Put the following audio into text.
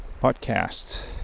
podcast